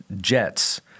jets